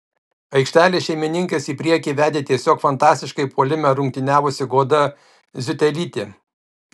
aikštelės šeimininkes į priekį vedė tiesiog fantastiškai puolime rungtyniavusi goda ziutelytė